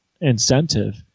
incentive